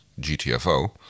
GTFO